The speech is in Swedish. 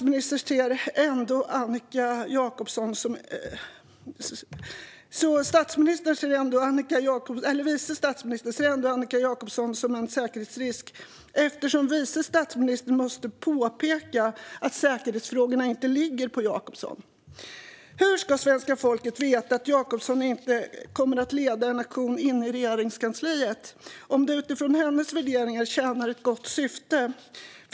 Men vice statsministern ser ändå Annika Jacobson som en säkerhetsrisk, eftersom vice statsministern måste påpeka att säkerhetsfrågorna inte ligger på Jacobson. Hur ska svenska folket veta att Jacobson inte kommer att leda en aktion inne i Regeringskansliet, om det utifrån hennes värderingar tjänar ett gott syfte?